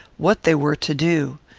what they were to do.